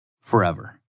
forever